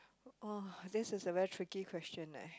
oh this is a very tricky question eh